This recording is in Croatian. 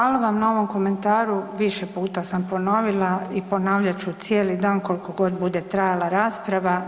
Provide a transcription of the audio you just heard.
Hvala vam na ovom komentaru, više puta sam ponovila i ponavljat ću cijeli dan koliko god bude trajala rasprava.